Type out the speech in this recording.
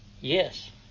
Yes